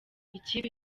ikipe